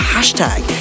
Hashtag